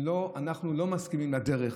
אנחנו לא מסכימים לדרך,